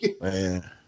man